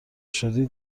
شدی